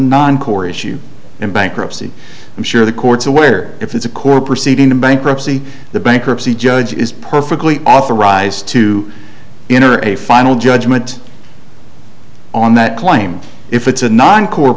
non core issue and bankruptcy i'm sure the courts aware if it's a court proceeding in bankruptcy the bankruptcy judge is perfectly authorized to enter a final judgment on that claim if it's a non co